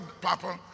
Papa